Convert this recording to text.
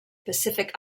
pacific